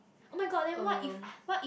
oh-my-god then what if what if